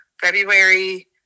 February